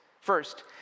First